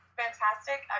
fantastic